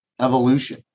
evolution